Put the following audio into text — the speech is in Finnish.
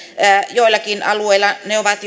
joillakin alueilla ne ovat